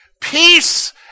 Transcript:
peace